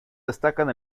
destacan